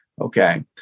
Okay